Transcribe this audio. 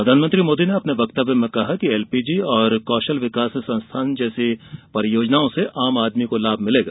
प्रधानमंत्री मोदी ने अपने वक्तव्य में कहा कि एलपीजी और कौशल विकास संस्थान जैसी परियोजनाओं से आम आदमी को लाभ मिलेगा